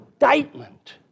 indictment